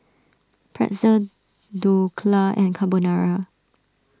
Pretzel Dhokla and Carbonara